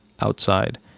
outside